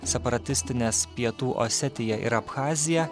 separatistines pietų osetiją ir abchaziją